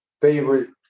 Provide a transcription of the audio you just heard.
favorite